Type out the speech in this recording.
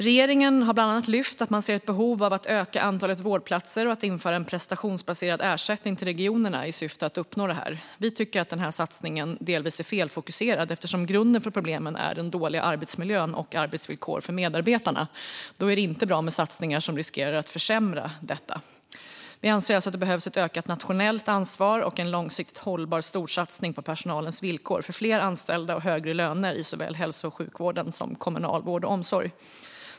Regeringen har bland annat lyft fram att man ser behov av att öka antalet vårdplatser och av att införa prestationsbaserad ersättning till regionerna i syfte att uppnå detta. Vi tycker att denna satsning delvis är felfokuserad, eftersom grunden för problemen är dålig arbetsmiljö och dåliga arbetsvillkor för medarbetarna. Då är det inte bra med satsningar som riskerar att försämra detta. Vi anser alltså att det behövs ett ökat nationellt ansvar och en långsiktigt hållbar storsatsning på personalens villkor, med fler anställda och högre löner i såväl hälso och sjukvården som kommunal vård och omsorg.